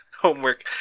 Homework